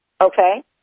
Okay